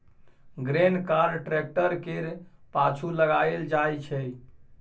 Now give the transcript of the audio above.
grain cart tractor केर पाछु लगाएल जाइ छै